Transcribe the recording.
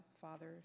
Father